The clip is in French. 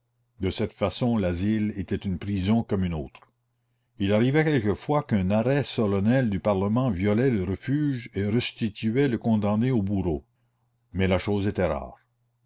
de cette façon l'asile était une prison comme une autre il arrivait quelquefois qu'un arrêt solennel du parlement violait le refuge et restituait le condamné au bourreau mais la chose était rare